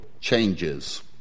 changes